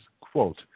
quote